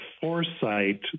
foresight